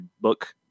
book